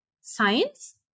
science